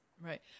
Right